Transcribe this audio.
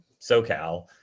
SoCal